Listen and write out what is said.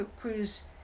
cruise